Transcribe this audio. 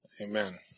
Amen